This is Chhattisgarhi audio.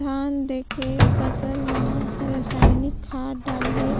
धान देंके फसल मा रसायनिक खाद डालबो